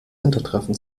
hintertreffen